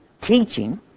teaching